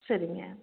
சரிங்க